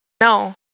no